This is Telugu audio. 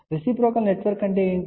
రెసిప్రోకల్ నెట్వర్క్ అంటే ఏమిటి